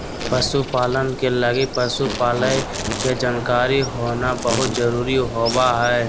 पशु पालन के लगी पशु पालय के जानकारी होना बहुत जरूरी होबा हइ